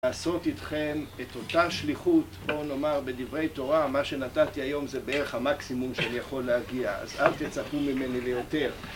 לעשות איתכן את אותה שליחות, בואו נאמר בדברי תורה, מה שנתתי היום זה בערך המקסימום שאני יכול להגיע, אז אל תצעקו ממני ליותר